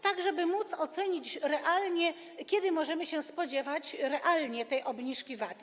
Tak, żeby móc realnie ocenić, kiedy możemy się spodziewać realnie tej obniżki VAT.